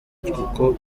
kuko